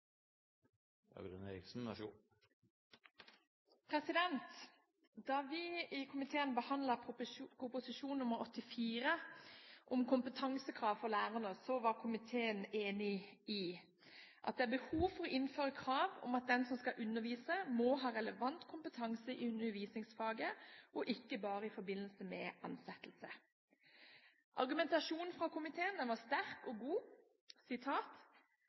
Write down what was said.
Da vi i komiteen behandlet Prop. nr. 84 L for 2011–2012 om kompetansekrav for lærerne, var komiteen enig i at det er behov for å innføre krav om at den som skal undervise, må ha relevant kompetanse i undervisningsfaget og ikke bare i forbindelse med ansettelse. Argumentasjonen fra komiteen var sterk og god: